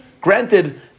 Granted